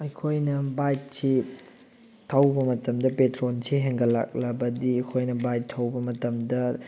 ꯑꯩꯈꯣꯏꯅ ꯕꯥꯏꯛꯁꯤ ꯊꯧꯕ ꯃꯇꯝꯗ ꯄꯦꯇ꯭ꯔꯣꯜꯁꯦ ꯍꯦꯟꯒꯠꯂꯛꯂꯕꯗꯤ ꯑꯩꯈꯣꯏꯅ ꯕꯥꯏꯛ ꯊꯧꯕ ꯃꯇꯝꯗ